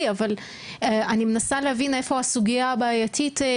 אבל אני מנסה להבין איפה הסוגייה הבעייתית,